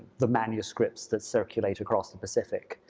the manuscripts that circulate across the pacific.